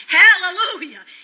hallelujah